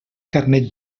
carnet